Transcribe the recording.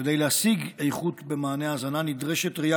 כדי להשיג איכות במענה ההזנה נדרשת ראייה